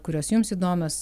kurios jums įdomios